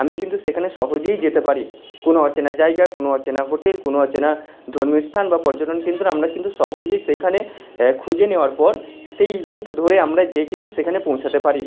আমি কিন্তু সেখানে সহজেই যেতে পারি কোনো অচেনা জায়গা কোনো অচেনা হোটেল কোনো অচেনা ধর্মীয়স্থান বা পর্যটন কেন্দ্র আমরা কিন্তু সহজে সেখানে খুঁজে নেওয়ার পর সেই রুট ধরে আমরা গিয়ে কিন্তু সেখানে পৌঁছাতে পারি